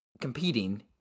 competing